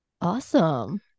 Awesome